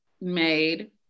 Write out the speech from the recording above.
made